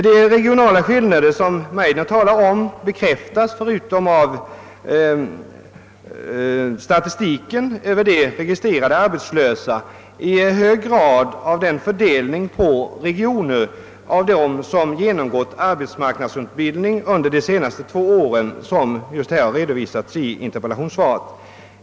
De regionala skillnader som herr Meidner talar om bekräftas — förutom av statistiken över de registrerade arbetslösa — i hög grad av den fördelning på regioner av dem som genomgått arbetsmarknadsutbildning under de senaste två åren, vilken redovisas i interpellationssvaret.